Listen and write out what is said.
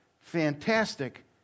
fantastic